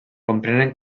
comprenen